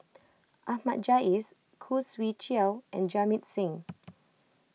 Ahmad Jais Khoo Swee Chiow and Jamit Singh